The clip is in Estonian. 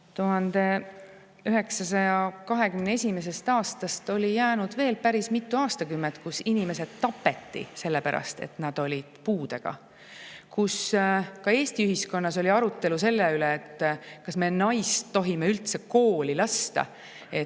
1921. aastast oli jäänud veel päris mitu aastakümmet, kui inimesi tapeti selle pärast, et nad olid puudega. Kui ka Eesti ühiskonnas oli arutelu selle üle, kas me naist tohime üldse kooli lasta, et